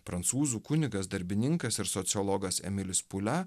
prancūzų kunigas darbininkas ir sociologas emilis pulia